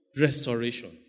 Restoration